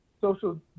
social